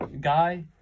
guy